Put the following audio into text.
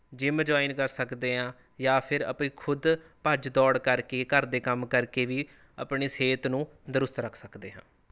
gym join ਕਰ ਸਕਦੇ ਹਾਂ ਜਾਂ ਫਿਰ ਆਪਣੀ ਖੁਦ ਭੱਜ ਦੌੜ ਕਰ ਕੇ ਘਰ ਦੇ ਕੰਮ ਕਰ ਕੇ ਵੀ ਆਪਣੀ ਸਿਹਤ ਨੂੰ ਦਰੁਸਤ ਰੱਖ ਸਕਦੇ ਹਾਂ